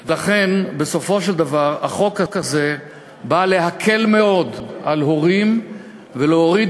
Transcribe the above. ולכן בסופו של דבר החוק הזה בא להקל מאוד על הורים ולהוריד